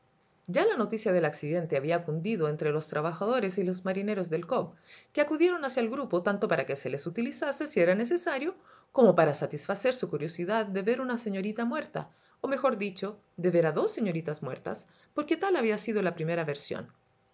ya la noticia del accidente había cundido entre los trabajadores y los marineros del cobb que acudieron hacia el grupo tanto para que se les utilizase si era necesario como por satisfacer su curiosidad de ver una señorita muerta o mejor cucno de ver a dos señoritas muertas porque tal había sido la primera versión